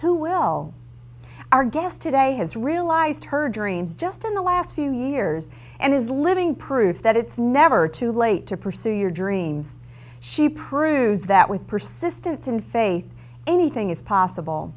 who will our guest today has realized her dreams just in the last few years and is living proof that it's never too late to pursue your dreams she proves that with persistence and faith anything is possible